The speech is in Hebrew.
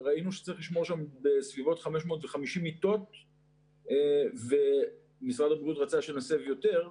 ראינו שצריך לשמור שם בסביבות 550 מיטות ומשרד הבריאות רצה שנסב יותר,